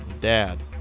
Dad